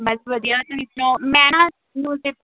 ਮੈਂ ਵਧੀਆ ਦੇ ਵਿੱਚੋਂ ਮੈਂ ਨਾ